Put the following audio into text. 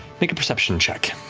make a perception check.